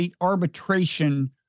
arbitration